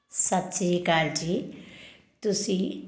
ਸਤਿ ਸ਼੍ਰੀ ਅਕਾਲ ਜੀ ਤੁਸੀਂ